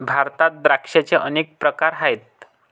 भारतात द्राक्षांचे अनेक प्रकार आहेत